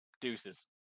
deuces